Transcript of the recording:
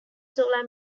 solar